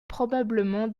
probablement